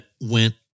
went